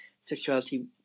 sexuality